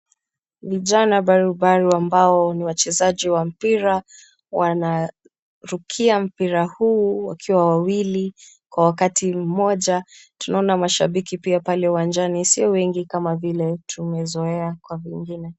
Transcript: Vijana barubaru ambao ni wachezaji wa mpira wanarukia mpira huu wakiwa wawili kwa wakati mmoja. Tunaona mashabiki pia pale uwanjani sio wengi kama vile tumezoea kwa vingine.